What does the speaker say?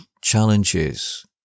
challenges